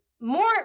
more